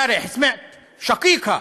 בערבית: אתמול שמעתי את אבי המנוחה נאדיה,)